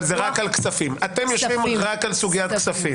אבל אתם יושבים רק על סוגיית כספים.